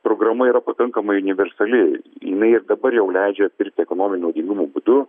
programa yra pakankamai universali jinai ir dabar jau leidžia pirkti ekonominio naudingumo būdu